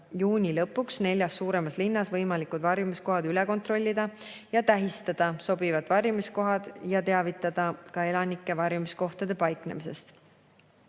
juuni lõpuks neljas suuremas linnas võimalikud varjumiskohad üle kontrollida, sobivad varjumiskohad tähistada ja teavitada elanikke varjumiskohtade paiknemisest.